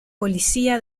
policía